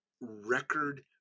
record